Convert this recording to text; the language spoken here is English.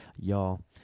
Y'all